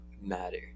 matter